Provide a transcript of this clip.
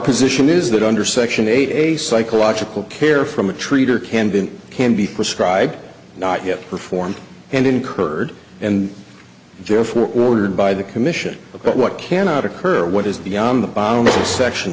position is that under section eight psychological care from a treat or can be can be prescribed not yet performed and incurred and therefore ordered by the commission about what cannot occur what is the on the bottom section